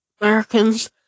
Americans